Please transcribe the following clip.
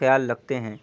خیال رکھتے ہیں